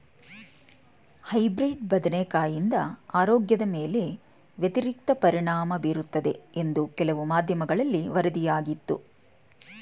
hybrid ಬದನೆಕಾಯಿಂದ ಆರೋಗ್ಯದ ಮೇಲೆ ವ್ಯತಿರಿಕ್ತ ಪರಿಣಾಮ ಬೀರುತ್ತದೆ ಎಂದು ಕೆಲವು ಮಾಧ್ಯಮಗಳಲ್ಲಿ ವರದಿಯಾಗಿತ್ತು